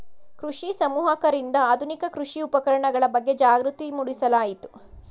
ಕೃಷಿ ಸಮೂಹಕರಿಂದ ಆಧುನಿಕ ಕೃಷಿ ಉಪಕರಣಗಳ ಬಗ್ಗೆ ಜಾಗೃತಿ ಮೂಡಿಸಲಾಯಿತು